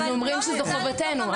אנחנו אומרים שזו חובתנו.